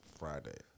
Friday